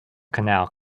canal